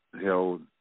held